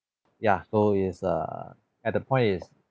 ya so is err at the point is